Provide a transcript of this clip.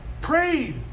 Prayed